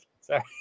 Sorry